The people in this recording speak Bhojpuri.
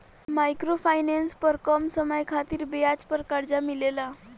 माइक्रो फाइनेंस पर कम समय खातिर ब्याज पर कर्जा मिलेला